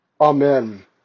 Amen